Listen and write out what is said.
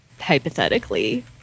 hypothetically